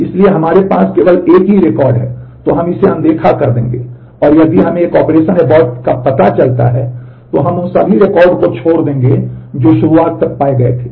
इसलिए यदि हमारे पास केवल एक ही रिकॉर्ड है तो हम इसे अनदेखा कर देंगे और यदि हमें एक ऑपरेशन एबोर्ट का पता चलता है तो हम उन सभी रिकॉर्डों को छोड़ देंगे जो शुरुआत तक पाए गए थे